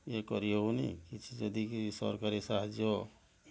ଇଏ କରି ହୋବନି କିଛି ଯଦିକି ସରକାରୀ ସାହାଯ୍ୟ